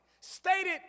stated